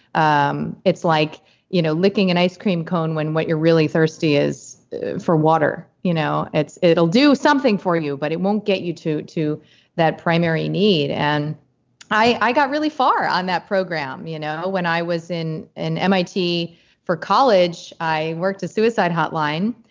um it's like you know licking an ice cream cone when what you're really thirsty is for water. you know it'll do something for you, but it won't get you to to that primary need. and i got really far on that program you know when i was in an mit for college, i worked at suicide hotline.